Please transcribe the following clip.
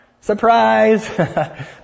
Surprise